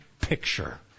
picture